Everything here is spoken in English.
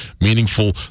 meaningful